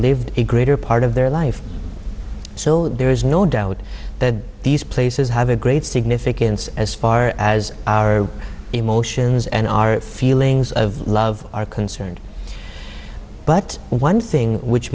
lived a greater part of their life so there is no doubt that these places have a great significance as far as our emotions and our feelings of love are concerned but one thing which